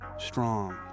Strong